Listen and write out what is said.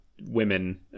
women